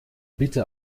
bitte